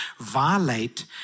violate